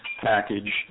package